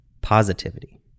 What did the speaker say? positivity